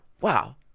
wow